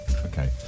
Okay